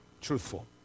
truthful